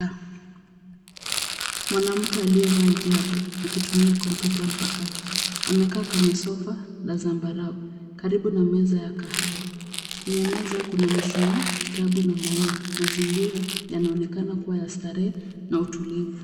Mwanamke aliyevaa hijabu akitumia kompyuta mpakato. Amekaa kwenye sofa la zambarau karibu na meza ya kahawa. Kwenye meza kuna mishumaa, kitabu na maua. Mazingira yanaonekana kuwa ya starehe na utulivu.